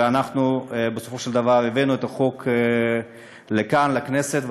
ואנחנו בסופו של דבר הבאנו את החוק לכאן לכנסת,